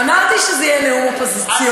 אמרתי שזה יהיה נאום אופוזיציוני.